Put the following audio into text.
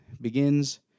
begins